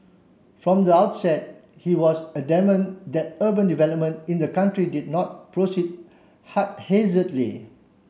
from the outset he was adamant that urban development in the country did not proceed haphazardly